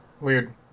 Weird